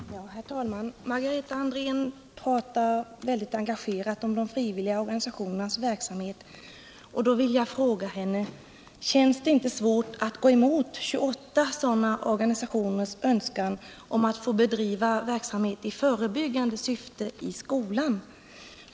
Herr talman! Margareta Andrén talar mycket engagerat om de frivilliga organisationernas verksamhet. Jag vill då fråga henne: Känns det inte svårt att gå emot 28 sådana organisationers önskan om att få bedriva verksamhet i förebyggande syfte i skolan?